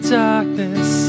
darkness